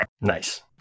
Nice